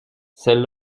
celle